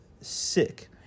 sick